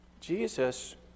Jesus